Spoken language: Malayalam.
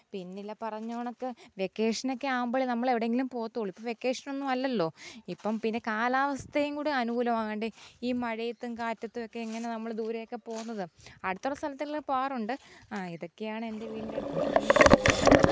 പിന്നില്ല പറഞ്ഞ കണക്ക് വെക്കേഷനൊക്കെ ആകുമ്പോഴെ നമ്മളെവിടെയെങ്കിലും പോകത്തുള്ളൂ ഇപ്പോൾ വെക്കേഷനൊന്നുമല്ലല്ലോ ഇപ്പം പിന്നെ കാലാവസ്ഥയും കൂടി അനുകൂലമാകണ്ടേ ഈ മഴയത്തും കാറ്റത്തും ഒക്കെ എങ്ങനെ നമ്മൾ ദൂരെയൊക്കെ പോകുന്നതും അടുത്തുള്ള സ്ഥലത്തെല്ലാം പോകാറുണ്ട് ആ ഇതൊക്കെയാണ് എൻ്റെ വീടിൻ്റടുത്തുള്ള മെയിൻ സ്ഥലങ്ങൾ